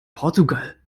portugal